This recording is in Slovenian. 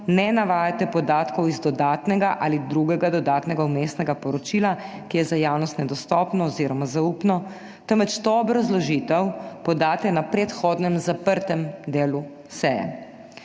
ne navajate podatkov iz dodatnega ali drugega dodatnega vmesnega poročila, ki sta za javnost nedostopni oziroma zaupni, temveč to obrazložitev podate na predhodnem zaprtem delu